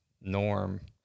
norm